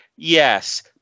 Yes